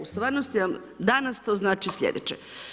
U stvarnosti vam danas to znači slijedeće.